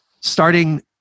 starting